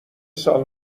سال